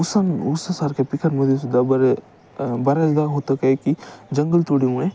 ऊस न ऊसासारख्या पिकांमळेसुद्धा बरे बऱ्याचदा होतं काय की जंगल तोडीमुळे